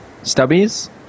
Stubbies